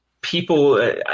people –